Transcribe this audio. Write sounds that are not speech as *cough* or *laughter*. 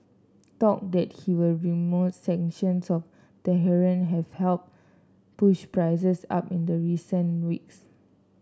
talk that he will *unintelligible* sanctions on Tehran have helped push prices up in the recent weeks